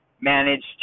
Managed